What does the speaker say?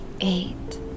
eight